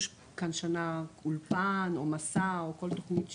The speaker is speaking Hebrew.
כאן שנה אולפן או "מסע" או כל תוכנית שהיא,